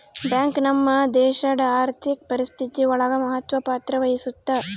bank ನಮ್ ದೇಶಡ್ ಆರ್ಥಿಕ ಪರಿಸ್ಥಿತಿ ಒಳಗ ಮಹತ್ವ ಪತ್ರ ವಹಿಸುತ್ತಾ